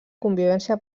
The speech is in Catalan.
convivència